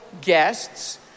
guests